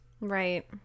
Right